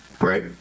Right